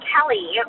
Kelly